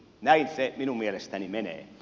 näin se minun mielestäni menee